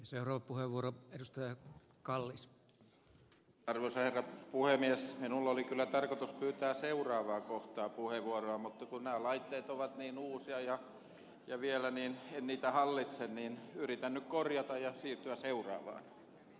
seura puheenvuoro edusta ja kallis talo sekä puuaines minulla oli kyllä tarkoitus pyytää seuraavaan että puheenvuoroa mutta ne laitteet ovat niin uusia ja jää vielä niin mitä hallitsee niin yritän korjata ja siitä se uraa